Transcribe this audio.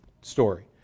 story